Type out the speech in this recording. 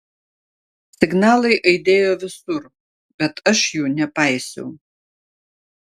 signalai aidėjo visur bet aš jų nepaisiau